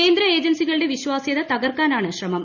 കേന്ദ്ര ഏജൻസികളുടെ വിശ്വാസ്യത തകർക്കാനാണ് ഗ്രശമം